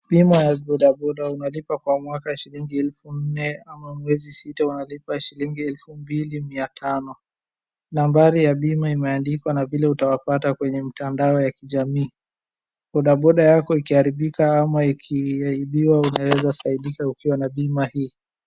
Bima ya bodaboda unalipa kwa mwaka shillingi elfu nne ama miezi sita unalipa shillingi elfu mbili mia tano , nambari ya bima imeandikwa na vievile utawapata kwenye mtandao ya kijamii , bodaboda yako ikiharibika ama ikiibiwa unaeza saidiwa ukiwa na bima hii.